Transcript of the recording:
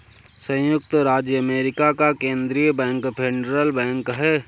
सयुक्त राज्य अमेरिका का केन्द्रीय बैंक फेडरल बैंक है